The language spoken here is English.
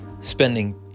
spending